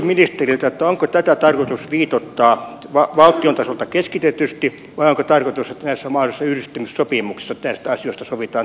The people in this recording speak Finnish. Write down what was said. onko tätä tarkoitus viitoittaa valtion tasolta keskitetysti vai onko tarkoitus että näissä mahdollisissa yhdistymissopimuksissa näistä asioista sovitaan tapauskohtaisesti